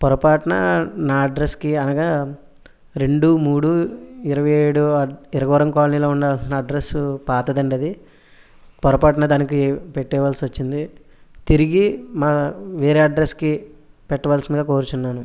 పొరపాటున నా అడ్రస్కి అనగా రెండు మూడు ఇరవై ఏడు తెలుగువరం కాలనీలో ఉండాల్సిన అడ్రస్ పాతది అండి అది పొరపాటున దానికి పెట్టేవలసి వచ్చింది తిరిగి మా వేరే అడ్రస్కి పెట్టవలసిందిగా కోరుచున్నాను